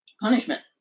punishment